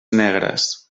negres